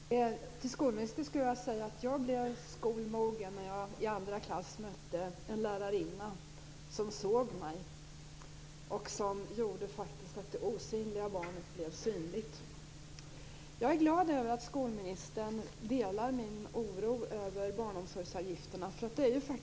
Herr talman! Till skolministern skulle jag vilja säga att jag blev skolmogen när jag i andra klass mötte en lärarinna som såg mig, och som gjorde att det osynliga barnet blev synligt. Jag är glad över att skolministern delar min oro över barnomsorgsavgifterna.